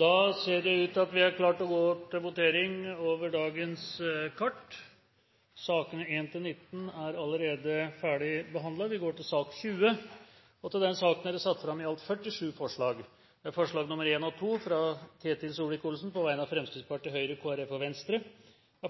Da er Stortinget klar til å gå til votering over sakene på dagens kart. Det er allerede votert over sakene nr. 1–19. Under debatten er det satt fram i alt 47 forslag. Det er forslagene nr. 1 og 2, fra Ketil Solvik-Olsen på vegne av Fremskrittspartiet, Høyre, Kristelig Folkeparti og Venstre